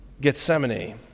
Gethsemane